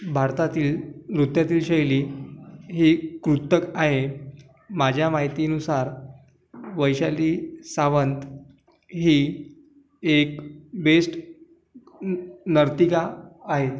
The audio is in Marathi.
भारतातील नृत्यातील शैली ही कृत्तक आए माज्या मायतीनुसार वैशाली सावंत ही एक बेस्ट नर्तिका आहे